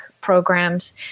programs